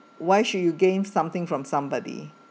why should you gain something from somebody